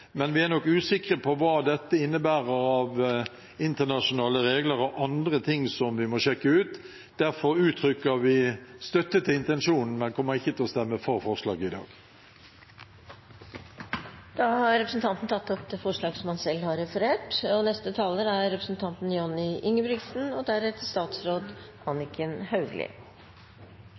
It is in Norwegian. men vi er usikre på hva dette innebærer av internasjonale regler og andre ting som vi må sjekke ut. Derfor uttrykker vi støtte til intensjonen, men kommer ikke til å stemme for forslaget i dag. Representanten Svein Harberg har tatt opp det forslaget han refererte til. Vi nærmer oss jula. Familien er viktig, men det er også trygge og gode forhold i familien. I dag vedtar vi familiebudsjettet og